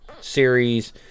series